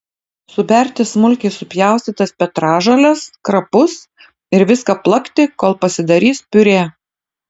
suberti smulkiai supjaustytas petražoles krapus ir viską plakti kol pasidarys piurė